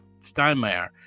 Steinmeier